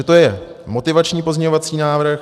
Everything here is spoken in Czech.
To je motivační pozměňovací návrh.